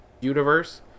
universe